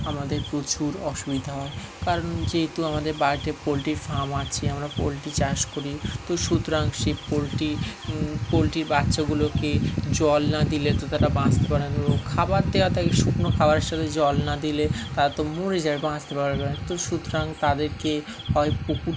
আমাদের প্রচুর অসুবিধা হয় কারণ যেহেতু আমাদের বাড়িতে পোলট্রি ফার্ম আছে আমরা পোলট্রি চাষ করি তো সুতরাং সেই পোলট্রি পোলট্রির বাচ্চাগুলোকে জল না দিলে তো তারা বাঁচতে পারে না তো খাবার দেওয়া থাকে শুকনো খাবারের সাথে জল না দিলে তারা তো মরে যায় বাঁচতে পারবে না তো সুতরাং তাদেরকে হয় পুকুর